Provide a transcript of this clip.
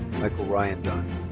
michael ryan dunn.